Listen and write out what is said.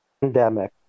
pandemic